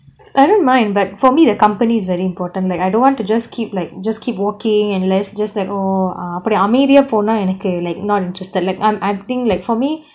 I don't mind but for me the company's very important like I don't want to just keep like just keep walking and let's just oh அப்படியே அமைதியா போன எனக்கு:apadiyae amaithiyaa ponaa enaku like not interested like I'm I think for me